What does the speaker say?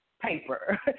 paper